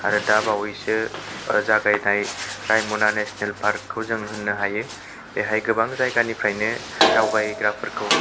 आरो दाबावैसो ओ जागायनाय रायम'ना नेसनेल पारक खौ जोङो होननो हायो बेहाय गोबां जायगानिफ्रायनो दावबायग्राफोरखौ